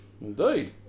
indeed